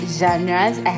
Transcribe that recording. genres